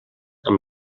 amb